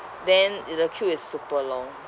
then i~ the queue is super long